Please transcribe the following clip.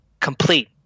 complete